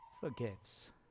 forgives